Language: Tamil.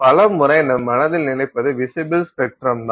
பல முறை நம் மனதில் நினைப்பது விசிபில் ஸ்பெக்ட்ரம் தான்